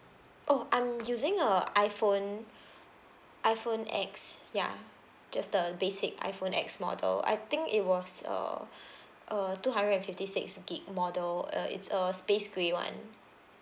oh I'm using a iPhone iPhone X ya just the basic iPhone X model I think it was err uh two hundred and fifty six gigabyte model uh it's a space grey [one]